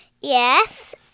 Yes